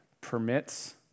permits